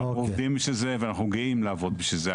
אנחנו עובדים בשביל זה ואנחנו גאים לעבוד בשביל זה,